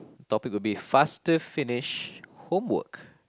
topic will be faster finish homework